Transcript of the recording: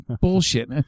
Bullshit